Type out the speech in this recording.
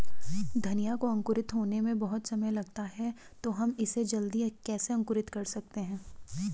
धनिया को अंकुरित होने में बहुत समय लगता है तो हम इसे जल्दी कैसे अंकुरित कर सकते हैं?